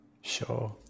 Sure